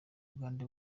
uganda